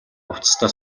хувцастай